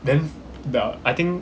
then the I think